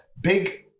Big